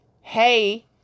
hey